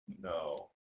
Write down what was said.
no